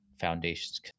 Foundation's